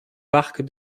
parc